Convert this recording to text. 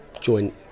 joint